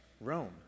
Rome